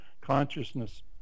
consciousness